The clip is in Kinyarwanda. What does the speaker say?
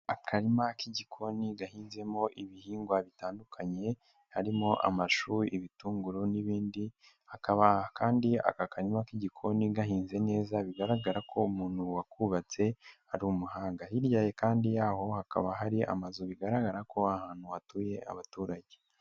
Akarima k'igikoni gahinzemo ibihingwa bitandukanye, harimo amashu, ibitunguru n'ibindi, kakaba kandi aka kanwama k'igikoni gahinze neza, bigaragara ko umuntu wakubatse ari umuhanga. Hirya yaho kandi yaho hakaba hari amazu bigaragara ko ahantu hatuye abaturage.